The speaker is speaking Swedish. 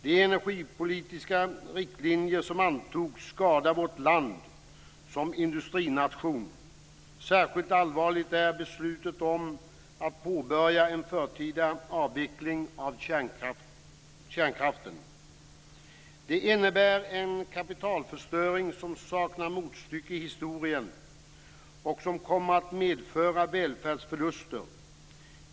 De energipolitiska riktlinjer som antogs skadar vårt land som industrination. Särskilt allvarligt är beslutet om att påbörja en förtida avveckling av kärnkraften. Detta innebär en kapitalförstöring som saknar motstycke i historien och som kommer att medföra välfärdsförluster.